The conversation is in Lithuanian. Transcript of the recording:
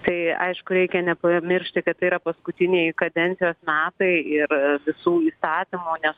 tai aišku reikia nepamiršti kad tai yra paskutinieji kadencijos metai ir visų įstatymų nes